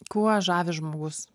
kuo žavi žmogus